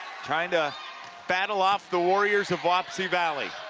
trying to battle off the warriors of wapsie valley.